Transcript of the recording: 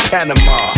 Panama